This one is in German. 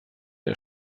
der